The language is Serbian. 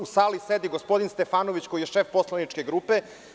U sali sedi gospodin Stefanović, šef poslaničke grupe.